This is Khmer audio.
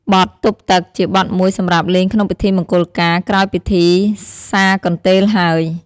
បទទប់ទឹក ជាបទមួយសម្រាប់លេងក្នុងពិធីមង្គលការ ក្រោយពិធីសាកន្ទេលហើយ។